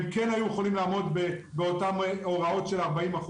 הם כן היו יכולים לעמוד באותן הוראות של 40%